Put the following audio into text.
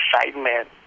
excitement